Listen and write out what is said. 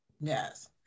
Yes